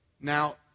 Now